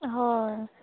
हय